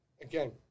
Again